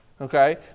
okay